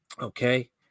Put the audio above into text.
Okay